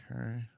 Okay